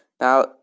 Now